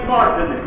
Martin